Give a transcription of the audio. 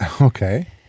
Okay